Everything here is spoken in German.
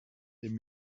dem